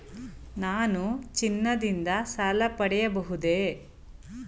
ನಾನು ಚಿನ್ನದಿಂದ ಸಾಲ ಪಡೆಯಬಹುದೇ?